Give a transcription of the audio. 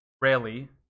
rarely